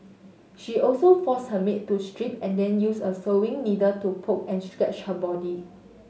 she also forced her maid to strip and then used a sewing needle to poke and scratch her body